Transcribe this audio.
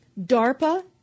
DARPA